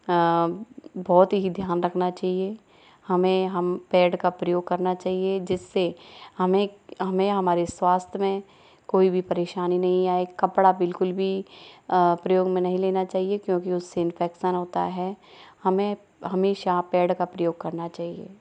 बहुत ही ध्यान रखना चाहिए हमें हम पैड का प्रयोग करना चाहिए जिससे हमें हमारे स्वास्थ्य में कोई भी परेशानी नहीं आये कपड़ा बिल्कुल भी प्रयोग में नहीं लेना चाहिए क्योंकि उससे इन्फेक्शन होता हैं हमें हमेशा पैड का प्रयोग चाहिए